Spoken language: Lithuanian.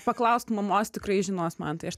paklausk mamos tikrai žinos mantai aš